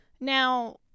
Now